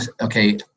Okay